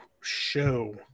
show